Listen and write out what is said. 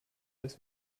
das